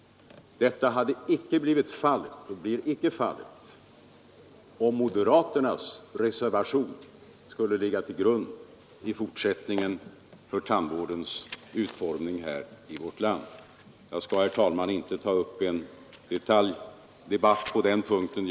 Men det skulle inte bli fallet om moderaternas reservationer fick ligga till grund för tandvårdsreformens utformning. Jag skall inte ta upp någon detaljdebatt på den punkten.